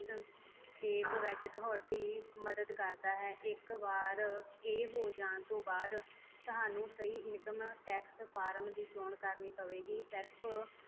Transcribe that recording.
ਸੰਖੇਪ ਵਿੱਚ ਤੁਹਾਡੀ ਮਦਦ ਕਰਦਾ ਹੈ ਇੱਕ ਵਾਰ ਇਹ ਹੋ ਜਾਣ ਤੋਂ ਬਾਅਦ ਤੁਹਾਨੂੰ ਸਹੀ ਇਨਕਮ ਟੈਕਸ ਫਾਰਮ ਦੀ ਚੋਣ ਕਰਨੀ ਪਵੇਗੀ ਸਿਰਫ਼